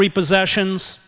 repossessions